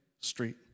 street